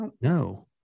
No